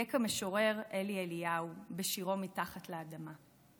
דייק המשורר אלי אליהו בשירו "מתחת לפני האדמה":